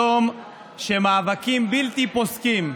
יום שמאבקים בלתי פוסקים,